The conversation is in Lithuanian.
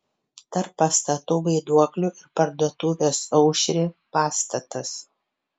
tarp pastatų vaiduoklių ir parduotuvės aušrė pastatas